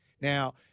Now